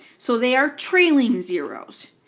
so they are trailing zeroes.